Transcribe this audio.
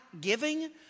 giving